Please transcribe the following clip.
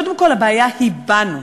קודם כול הבעיה היא בנו.